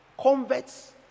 Converts